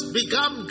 become